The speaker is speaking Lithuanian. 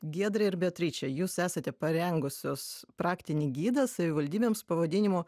giedre ir beatriče jūs esate parengusios praktinį gidą savivaldybėms pavadinimu